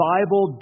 Bible